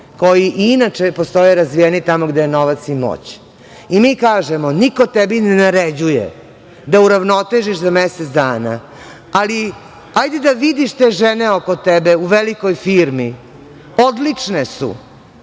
koji i inače postoje razvijeni tamo gde je novac i moć. I mi kažemo, niko tebi ne naređuje da uravnotežiš za mesec dana, ali hajde da vidiš te žene oko tebe u velikoj firmi odlične su